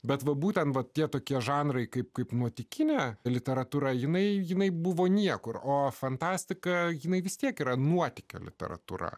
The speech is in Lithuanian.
bet va būtent va tie tokie žanrai kaip kaip nuotykinę literatūrą jinai jinai buvo niekur o fantastika jinai vis tiek yra nuotykių literatūra